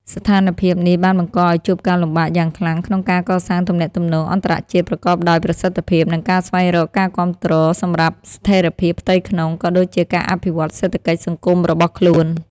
ស្ថានភាពនេះបានបង្កឱ្យជួបការលំបាកយ៉ាងខ្លាំងក្នុងការកសាងទំនាក់ទំនងអន្តរជាតិប្រកបដោយប្រសិទ្ធភាព និងការស្វែងរកការគាំទ្រសម្រាប់ស្ថិរភាពផ្ទៃក្នុង ក៏ដូចជាការអភិវឌ្ឍសេដ្ឋកិច្ចសង្គមរបស់ខ្លួន។